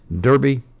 Derby